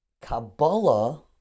Kabbalah